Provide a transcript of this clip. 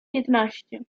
piętnaście